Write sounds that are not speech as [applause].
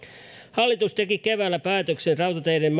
hallitus teki keväällä päätöksen rautateiden [unintelligible]